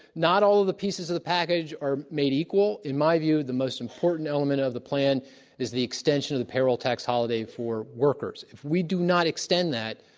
not all of the pieces of the package are made equal. in my view, the most important element of the plan is the extension of the payroll tax holiday for workers. if we do not extend that,